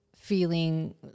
feeling